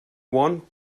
want